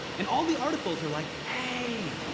and all the articles are like, hey,